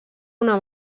una